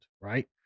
Right